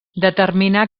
determinar